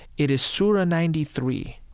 it is sura ninety three